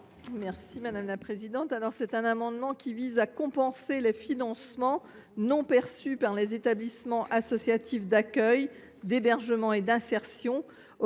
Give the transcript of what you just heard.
Mme Annie Le Houerou. Cet amendement vise à compenser les financements non perçus par les établissements associatifs d’accueil, d’hébergement et d’insertion